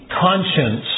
conscience